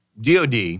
DOD